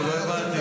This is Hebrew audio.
אני לא מתבייש.